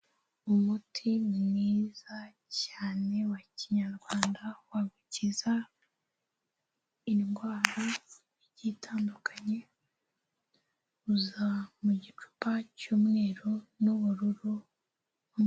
Umuti mwiza cyane wa Kinyarwanda wagukiza indwara igiye itandukanye, uza mu gicupa cy'umweru n'ubururu.